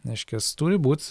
reiškias turi būt